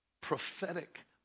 prophetic